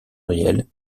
réel